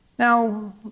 Now